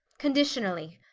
conditionally,